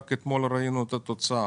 ראינו את התוצאה.